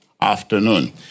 afternoon